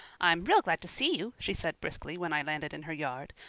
i'm real glad to see you she said briskly, when i landed in her yard.